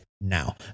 now